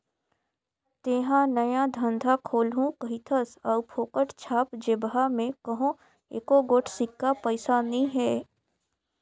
तेंहा नया धंधा खोलहू कहिथस अउ फोकट छाप जेबहा में कहों एको गोट सिक्का पइसा नी हे